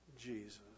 Jesus